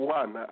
one